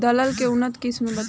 दलहन के उन्नत किस्म बताई?